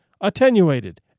attenuated